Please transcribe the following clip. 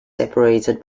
separated